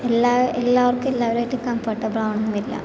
എല്ലാ എല്ലാവർക്കും എല്ലാവരുമായിട്ട് കംഫർട്ടബിൾ ആവണമെന്നും ഇല്ല